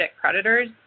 predators